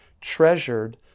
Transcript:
treasured